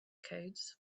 codes